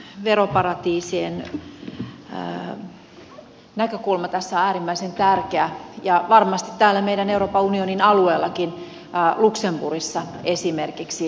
tämä veroparatiisien näkökulma tässä on äärimmäisen tärkeä ja varmasti täällä meidän euroopan unionin alueellakin luxemburgissa esimerkiksi